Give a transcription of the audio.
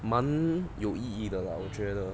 蛮有意义的啦我觉得